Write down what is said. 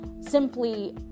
simply